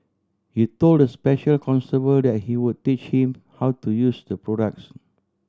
he told the special constable that he would teach him how to use the products